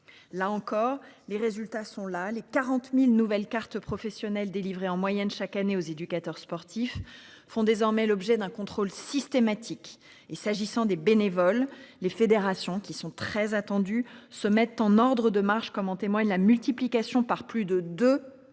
Là encore, les résultats sont là, les 40.000 nouvelle carte professionnelle délivrée en moyenne chaque année aux éducateurs sportifs font désormais l'objet d'un contrôle systématique et s'agissant des bénévoles, les fédérations qui sont très attendus se mettent en ordre de marche, comme en témoigne la multiplication par plus de deux depuis